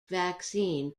vaccine